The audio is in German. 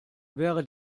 wäre